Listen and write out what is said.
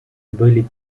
были